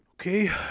Okay